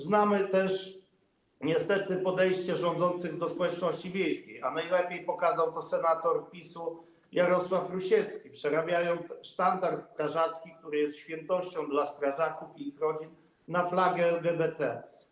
Znamy też niestety podejście rządzących do społeczności wiejskiej, a najlepiej pokazał to senator PiS-u Jarosław Rusiecki, przerabiając sztandar strażacki, który jest świętością dla strażaków i ich rodzin, na flagę LGBT.